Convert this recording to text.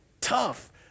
tough